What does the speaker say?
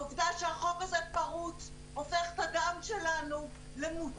העובדה שהחוק הזה פרוץ, הופך את הדם שלנו למותר.